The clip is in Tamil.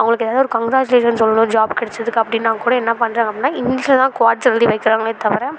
அவங்களுக்கு ஏதாவது ஒரு கங்க்ராஜ்லேஷன் சொல்லணும் ஜாப் கிடச்சதுக்கு அப்படின்னா கூட என்ன பண்ணுறாங்க அப்படின்னா இங்கிலீஷில் தான் க்வாட்ஸ் எழுதி வைக்கிறாங்களே தவிர